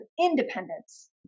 independence